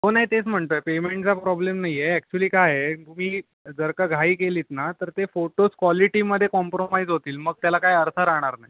हो नाही तेच म्हणतो आहे पेमेंटचा प्रॉब्लेम नाही आहे अॅक्च्युली काय आहे जर का घाई केलीत ना तर ते फोटोज क्वॉलिटीमध्ये कॉम्प्रोमाइज होतील मग त्याला काय अर्थ राहणार नाही